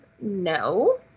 No